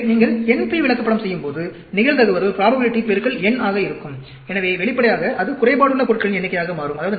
எனவே நீங்கள் NP விளக்கப்படம் செய்யும்போது நிகழ்தகவு பெருக்கல் n ஆக இருக்கும் எனவே வெளிப்படையாக அது குறைபாடுள்ள பொருட்களின் எண்ணிக்கையாக மாறும்